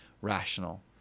rational